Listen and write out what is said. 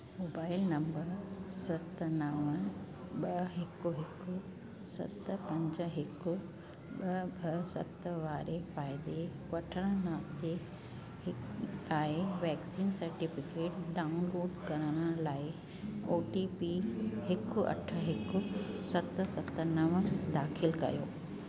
mobile number सत नव ॿ हिकु हिकु सत पंज हिकु ॿ ॿ सत वारे फ़ाइदे वठणु नाते हितां जे वैक्सीन सेटिफिकेट डाउनलोड करण लाइ ओ टी पी हिकु अठ हिकु सत सत नव दाख़िलु कयो